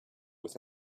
with